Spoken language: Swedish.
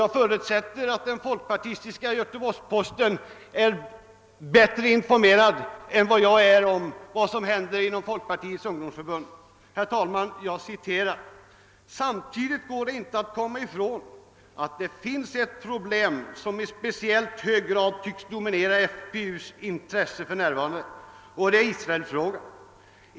Jag förutsätter att den folkpartistiska Göteborgs Posten är bättre informerad än vad jag är om vad som händer inom folkpartiets ungdomsförbund. Jag citerar: >Samtidigt går det inte att komma ifrån att det finns ett problem som i speciellt hög grad tycks dominera FPU:s intresse f.n. och det är Israelfrågan.